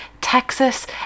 Texas